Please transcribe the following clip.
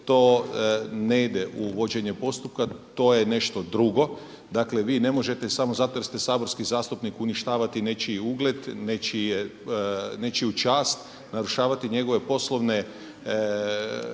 to ne ide u vođenje postupka, to je nešto drugo. Dakle vi ne možete samo zato jer ste saborski zastupnik uništavati nečiji ugled, nečiju čast, narušavati njegove poslovna